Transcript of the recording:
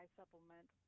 supplement